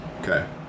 Okay